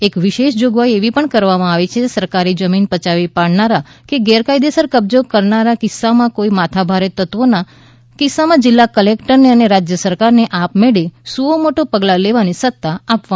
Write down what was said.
એક વિશેષ જોગવાઇ એવી પણ કરવામાં આવી છે કે સરકારી જમીન પયાવી પાડવાના કે ગેરકાયદેસર કબજો કરવાના કિસ્સામાં કે કોઇ માથાભારે તત્વોના કિસ્સામાં જિલ્લા કલેકટરને અને રાજ્ય સરકારને આપમેળે સુઓમોટો પગલાં લેવાની સત્તા આપવામાં આવી છે